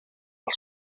els